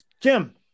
Jim